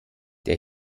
der